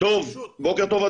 בוקר טוב.